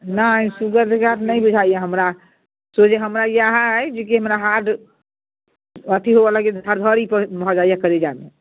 नहि sugar regard नहि बुझाइया हमरा सोझे हमरा इएह अइ जे कि हमरा हार्ड अथी हुअऽ लगैया धड़धड़ि भऽ जाइए करेजामे